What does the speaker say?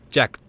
Jack